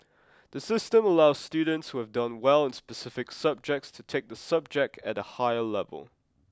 the system allows students who have done well in specific subjects to take the subject at a higher level